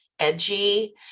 edgy